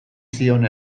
zion